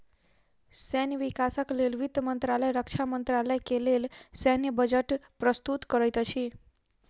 सैन्य विकासक लेल वित्त मंत्रालय रक्षा मंत्रालय के लेल सैन्य बजट प्रस्तुत करैत अछि